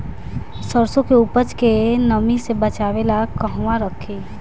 सरसों के उपज के नमी से बचावे ला कहवा रखी?